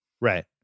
Right